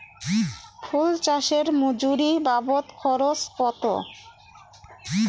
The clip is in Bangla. ফুল চাষে মজুরি বাবদ খরচ কত?